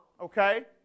okay